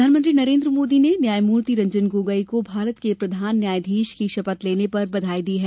प्रधानमंत्री नरेन्द्र मोदी ने न्यायमूर्ति रंजन गोगोई को भारत के प्रधान न्यायाधीश की शपथ लेने पर बधाई दी है